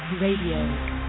Radio